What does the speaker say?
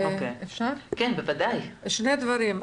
שני דברים.